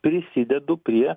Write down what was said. prisidedu prie